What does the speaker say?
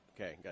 Okay